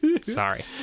Sorry